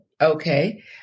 Okay